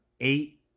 eight